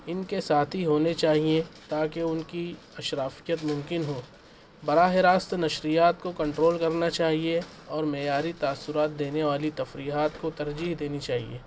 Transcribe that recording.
ان کے ساتھی ہونے چاہیے تاکہ ان کی اشرافیت ممکن ہو براہ راست نشریات کو کنٹرول کرنا چاہیے اور معیاری تاثرات دینے والی تفریحات کو ترجیح دینی چاہیے